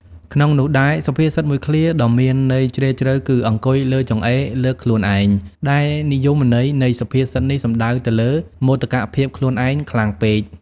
ក្នុងនោះដែរ សុភាសិតមួយឃ្លាដ៏មានន័យជ្រាលជ្រៅគឺ អង្គុយលើចង្អេរ លើកខ្លួនឯង ដែលនិយមន័យនៃសុភាសិតនេះសំដៅទៅលើ មោទកភាពខ្លួនឯងខ្លាំងពេក ។